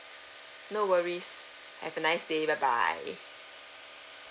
no worries have a nice day bye bye